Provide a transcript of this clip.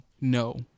no